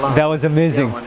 that was amazing. oh,